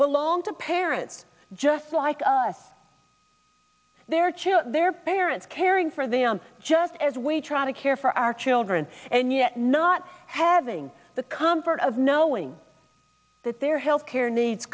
belong to parents just like us their children their parents caring for them just as we try to care for our children and yet not having the comfort of knowing that their health care needs